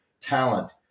talent